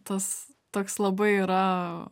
tas toks labai yra